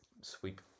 sweep